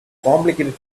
complicated